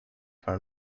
for